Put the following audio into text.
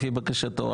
לפי בקשתו,